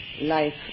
life